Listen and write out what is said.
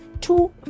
two